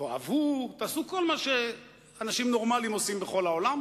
תאהבו ותעשו כל מה שאנשים נורמלים עושים בכל העולם,